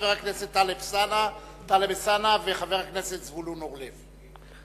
חבר הכנסת טלב אלסאנע וחבר הכנסת זבולון אורלב.